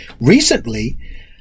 Recently